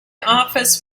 office